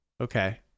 Okay